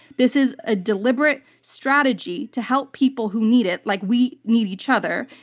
this is a deliberate strategy to help people who need it, like we need each other,